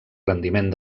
rendiment